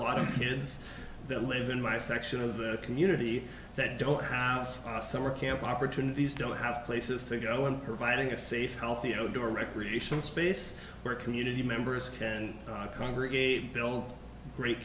lot of kids that live in my section of the community that don't have a summer camp opportunities don't have places to go and providing a safe healthy you know do a recreation space where community members and congregate build great